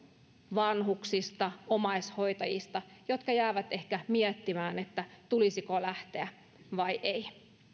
vanhuksista omaishoitajista jotka jäävät ehkä miettimään tulisiko lähteä vai ei